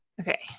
okay